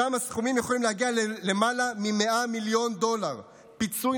שם הסכומים יכולים להגיע ללמעלה מ-100 מיליון דולר פיצוי